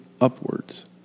upwards